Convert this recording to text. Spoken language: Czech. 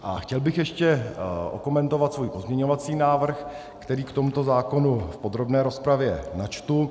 A chtěl bych ještě okomentovat svůj pozměňovací návrh, který k tomuto zákonu v podrobné rozpravě načtu.